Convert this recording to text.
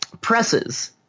presses